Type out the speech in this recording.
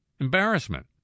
Embarrassment